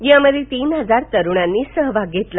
यामध्ये तीन हजार तरुणांनी सहभाग घेतला